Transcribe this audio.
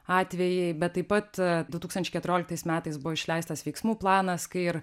atvejai bet taip pat du tūkstančiai keturioliktais metais buvo išleistas veiksmų planas kai ir